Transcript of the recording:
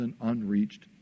unreached